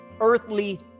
earthly